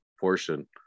portion